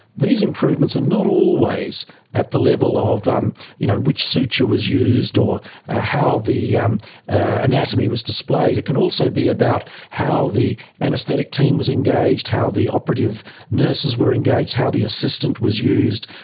these improvements are not always at the level of you know which suture was used or ah how the um anatomy was displayed, it can also be about how the anaesthetic team was engaged, how the operative nurses were engaged, how the assistant was used,